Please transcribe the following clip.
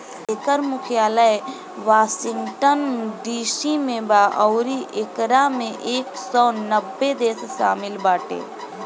एकर मुख्यालय Washington DC में बा अउरी एकरा में एक सौ नब्बे देश शामिल बाटे